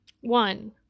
One